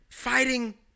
fighting